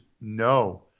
no